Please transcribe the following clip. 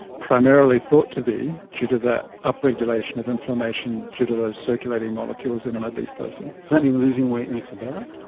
primarily thought to be due to that up-regulation of inflammation due to those circulating molecules in an obese person. does that mean losing weight makes it better?